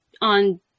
on